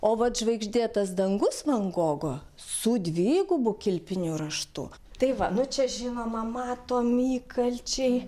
o žvaigždėtas dangus van gogo su dvigubu kilpiniu raštu tai va nu čia žinoma matomi įkalčiai